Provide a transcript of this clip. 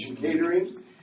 Catering